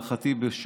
ולהערכתי,